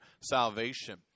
salvation